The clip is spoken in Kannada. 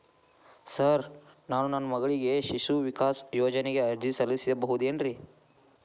ಸರ್ ನಾನು ನನ್ನ ಮಗಳಿಗೆ ಶಿಶು ವಿಕಾಸ್ ಯೋಜನೆಗೆ ಅರ್ಜಿ ಸಲ್ಲಿಸಬಹುದೇನ್ರಿ?